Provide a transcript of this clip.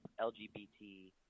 LGBT